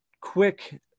quick